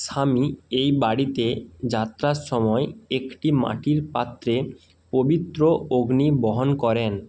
স্বামী এই বাড়িতে যাত্রার সময় একটি মাটির পাত্রে পবিত্র অগ্নি বহন করেন